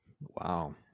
Wow